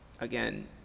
again